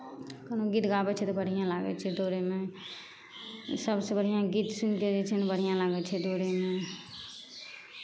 कोनो गीत गाबै छै तऽ बढ़िआँ लागै छै दौड़ैमे सभसँ बढ़िआँ गीत सुनि कऽ जे छै ने बढ़िआँ लागै छै दौड़ैमे